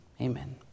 Amen